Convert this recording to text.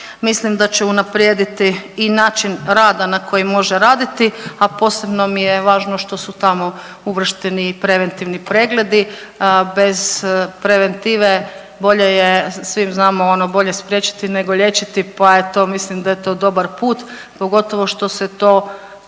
mislim da će unaprijediti i način rada na koji može raditi, a posebno mi je važno što su tamo uvršteni i preventivni pregledi. Bez preventive bolje je, svi znamo ono bolje spriječiti nego liječiti, pa je to, mislim da je to dobar put, pogotovo što se to,